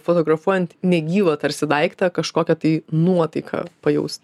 fotografuojant negyvą tarsi daiktą kažkokią tai nuotaiką pajaust